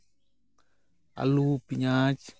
ᱟᱞᱩ ᱯᱮᱸᱭᱟᱡ